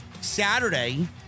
Saturday